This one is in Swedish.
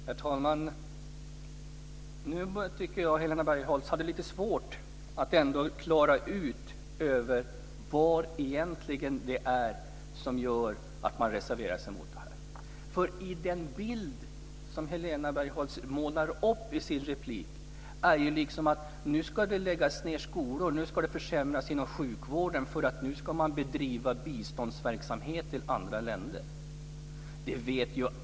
Herr talman! Nu tycker jag att Helena Bargholtz hade lite svårt att klara ut vad det egentligen är som gör att man reserverar sig mot det här. Den bild som Helena Bargholtz målar upp i sin replik är att nu ska det läggas ned skolor. Nu ska det försämras inom sjukvården för nu ska man bedriva biståndsverksamhet till andra länder.